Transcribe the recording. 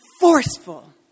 forceful